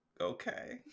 Okay